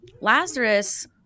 Lazarus